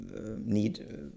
need